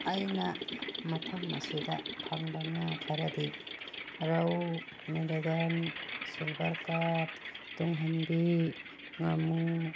ꯑꯩꯅ ꯃꯐꯝ ꯑꯁꯤꯗ ꯐꯪꯕ ꯉꯥ ꯈꯔꯗꯤ ꯔꯧ ꯃꯦꯂꯦꯒꯟ ꯁꯤꯜꯚꯔ ꯀꯞ ꯇꯨꯡꯍꯟꯕꯤ ꯉꯥꯃꯨ